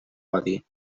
odi